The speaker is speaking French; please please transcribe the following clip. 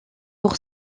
pour